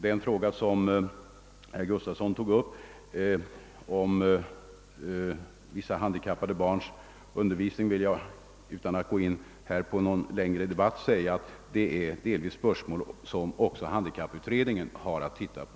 Vad beträffar frågan om vissa handikappade barns undervisning vill jag — utan att gå in på någon debatt — säga, att denna fråga delvis inrymmer spörsmål som också handikapputredningen har att titta på.